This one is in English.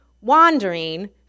wandering